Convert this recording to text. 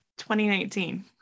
2019